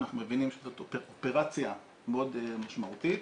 אנחנו מבינים שזאת אופרציה מאוד משמעותית.